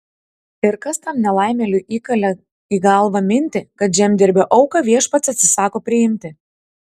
ir kas tam nelaimėliui įkalė į galvą mintį kad žemdirbio auką viešpats atsisako priimti